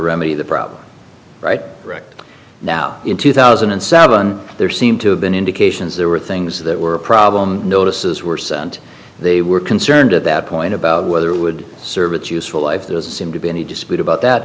remedy the problem right now in two thousand and seven there seem to have been indications there were things that were a problem notices were sent they were concerned at that point about whether it would serve its useful life does seem to be any dispute about that